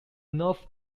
north